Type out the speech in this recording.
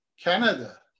Canada